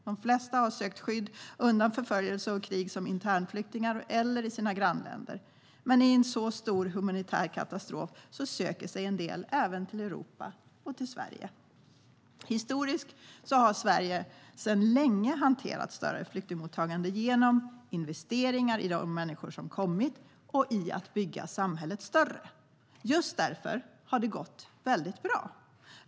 De flesta har sökt skydd undan förföljelse och krig som internflyktingar eller i sina grannländer. Men i en så stor humanitär katastrof söker sig en del även till Europa och till Sverige. Historiskt har Sverige sedan länge hanterat större flyktingmottagande genom investeringar i de människor som kommit och i att bygga samhället större. Just därför har det har gått väldigt bra.